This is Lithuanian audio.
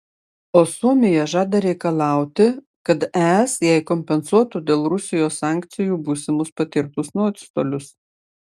o suomija žada reikalauti kad es jai kompensuotų dėl rusijos sankcijų būsimus patirtus nuostolius